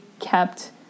kept